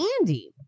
Andy